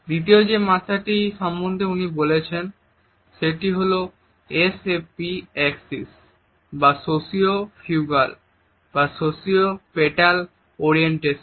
দ্বিতীয় যে মাত্রাটি সম্বন্ধে উনি বলেছেন সেটি হল এসএফপি অ্যাক্সিস বা সোশিও ফিউগাল বা সোশিও পেটাল অরিয়েন্টেশন